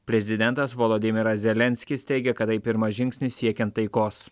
prezidentas voladimiras zelenskis teigia kad tai pirmas žingsnis siekiant taikos